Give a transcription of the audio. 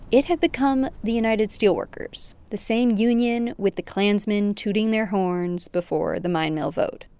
it had become the united steelworkers, the same union with the klansmen tooting their horns before the mine mill vote.